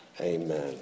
Amen